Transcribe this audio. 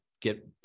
get